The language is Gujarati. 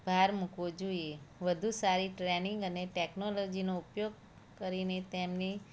ભાર મૂકવો જોઈએ વધુ સારી ટ્રેનિંગ અને ટેકનોલોજીનો ઉપયોગ કરીને તેમની